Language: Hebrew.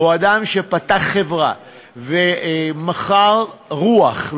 או אדם פתח חברה ומכר רוח,